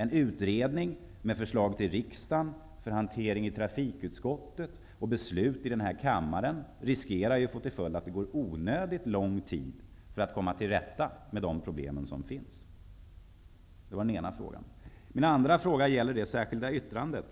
En utredning, med förslag till riksdagen för hantering i trafikutskottet och beslut i denna kammare, riskerar att få till följd att det går onödigt lång tid innan man kommer till rätta med de problem som finns. Detta var den ena frågan. Min andra fråga gäller det särskilda yttrande